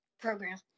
program